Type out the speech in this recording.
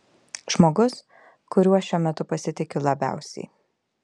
žmogus kuriuo šiuo metu pasitikiu labiausiai